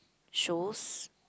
shows